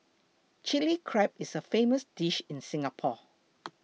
Chilli Crab is a famous dish in Singapore